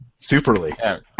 Superly